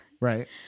Right